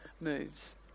moves